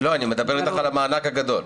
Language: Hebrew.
לא, אני מדבר איתך על המענק הגדול.